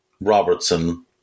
Robertson